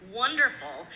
wonderful